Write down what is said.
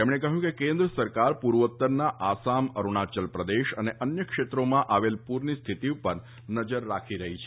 તેમણે કહ્યું કે કેન્દ્ર સરકાર પુર્વોત્તરના આસામ અરુણાચલ પ્રદેશ અને અન્ય ક્ષેત્રોમાં આવેલા પુરની સ્થિતિ પર નજર રાખી રહી છે